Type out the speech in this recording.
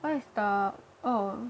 what is the oh